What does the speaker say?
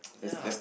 ya